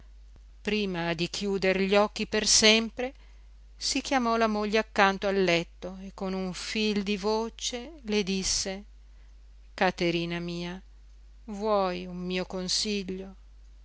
prima di chiuder gli occhi per sempre si chiamò la moglie accanto al letto e con un fil di voce le disse caterina mia vuoi un mio consiglio